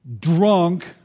drunk